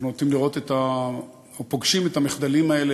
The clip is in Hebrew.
אנחנו נוטים או פוגשים את המחדלים האלה